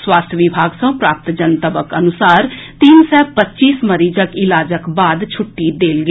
स्वास्थ्य विभाग सँ प्राप्त जनतबक अनुसार तीन सय पच्चीस मरीजक इलाजक बाद छुट्टी देल गेल